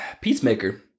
Peacemaker